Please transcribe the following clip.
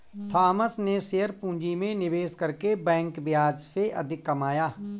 Thomas ने share पूंजी में निवेश करके बैंक ब्याज से अधिक कमाया